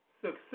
success